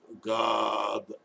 God